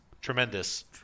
Tremendous